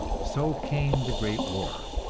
so came the great war.